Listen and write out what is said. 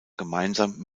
gemeinsam